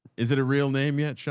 is it a real name yet? sean?